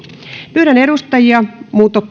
pyydän edustajia